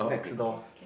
next door